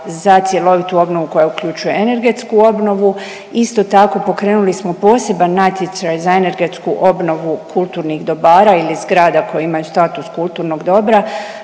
za cjelovitu obnovu koja uključuje energetsku obnovu. Isto tako pokrenuli smo poseban natječaj za energetsku obnovu kulturnih dobara ili zgrada koje imaju status kulturnog dobra.